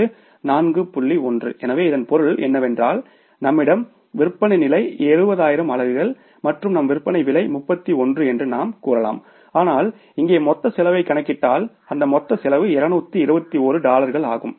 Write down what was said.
1 எனவே இதன் பொருள் என்னவென்றால் நம்மிடம் விற்பனை நிலை 7000 அலகுகள் மற்றும் நம் விற்பனை விலை 31 என்று நாம் கூறலாம் ஆனால் இங்கே மொத்த செலவைக் கணக்கிட்டால் அந்த மொத்த செலவு 221 டாலர்கள் ஆகும்